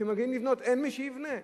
כשמגיעים לבנות, אין מי שיבנה.